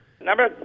Number